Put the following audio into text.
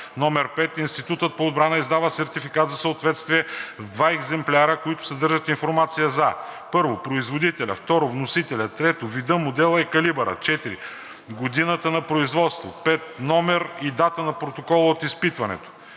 № 5, Институтът по отбрана издава сертификат за съответствие в два екземпляра, който съдържа информация за: 1. производителя; 2. вносителя; 3. вида, модела и калибъра; 4. годината на производство; 5. номер и дата на протокола от изпитването.